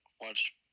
watch